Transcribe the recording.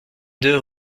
deux